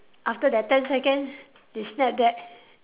after that ten second you snap back